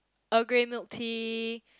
Earl Grey milk tea